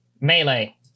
Melee